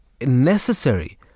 necessary